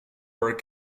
work